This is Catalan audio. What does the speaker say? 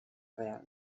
real